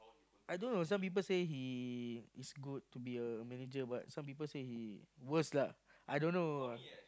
I don't know I don't know some people say he is good to be a manager but some people say he worse lah